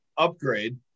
upgrade